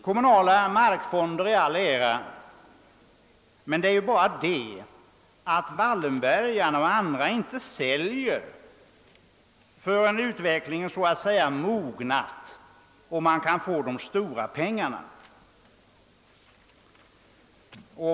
Kommunala markfonder i all ära, men det är bara det, att Wallenbergarna och andra inte säljer förrän utvecklingen så att säga »mognat» och man kan få de stora pengarna.